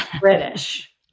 British